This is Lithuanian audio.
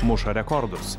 muša rekordus